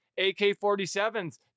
AK-47s